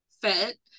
fit